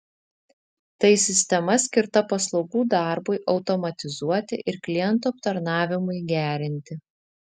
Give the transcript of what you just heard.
tai sistema skirta paslaugų darbui automatizuoti ir klientų aptarnavimui gerinti